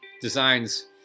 designs